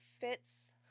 fits